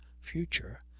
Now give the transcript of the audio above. future